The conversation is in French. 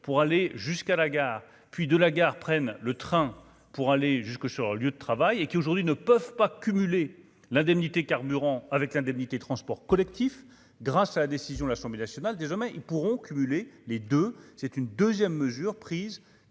pour aller jusqu'à la gare, puis de la gare, prennent le train pour aller jusque sur leur lieu de travail et qui aujourd'hui ne peuvent pas cumuler l'indemnité carburant avec l'indemnité, transports collectifs, grâce à la décision : l'Assemblée nationale, des hommes, hein, ils pourront cumuler les deux c'est une 2ème mesure prise